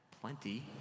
plenty